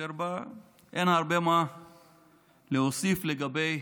אין הרבה מה להוסיף לגבי